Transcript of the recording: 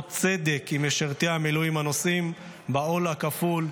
צדק עם משרתי המילואים הנושאים בעול הכפול,